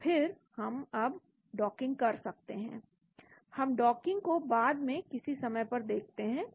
और फिर हम अब डॉकिंग कर सकते हैं हम डॉकिंग को बाद में किसी समय पर देखते हैं